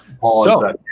Paul